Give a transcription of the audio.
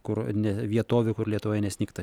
kur ne vietovių kur lietuvoje nesnigta